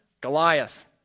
Goliath